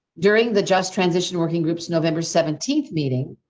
during the just transition working groups, november seventeenth meeting.